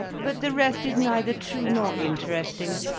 but the rest is neither true nor interesting.